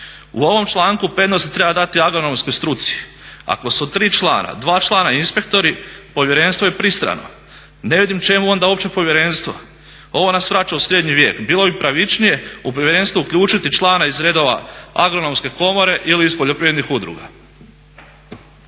U ovom članku prednosti treba dati agronomskoj struci. Ako su od tri člana dva člana inspektori, povjerenstvo je pristrano. Ne vidim čemu onda uopće povjerenstvo. Ovo nas vraća u srednji vijek. Bilo bi pravičnije u povjerenstvo uključiti člana iz redova Agronomske komore ili iz poljoprivrednih udruga.